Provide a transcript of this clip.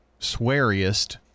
sweariest